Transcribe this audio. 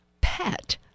Pet